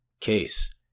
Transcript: Case